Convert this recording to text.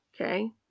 Okay